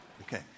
Okay